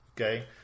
okay